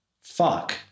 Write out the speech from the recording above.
fuck